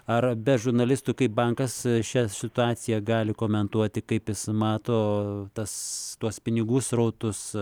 ar be žurnalistų kaip bankas šią situaciją gali komentuoti kaip jis mato tas tuos pinigų srautus